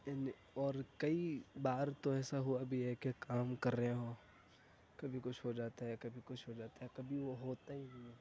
ان اور کئی بار تو ایسا ہوا بھی ہے کہ کام کر رہے ہوں کبھی کچھ ہو جاتا ہے کبھی کچھ ہو جاتا ہے کبھی وہ ہوتا ہی نہیں ہے